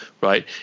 right